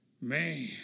man